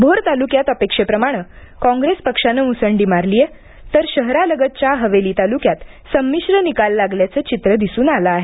भोर तालुक्यात अपेक्षेप्रमाणे काँग्रेस पक्षानं मुसंडी मारली आहे तर शहरालगतच्या हवेली तालुक्यात संमिश्र निकाल लागल्याचं चित्र दिसून आलं आहे